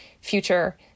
future